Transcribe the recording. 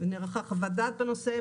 נערכה חוות דעת בנושא,